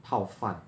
泡饭